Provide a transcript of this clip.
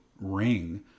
ring